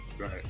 right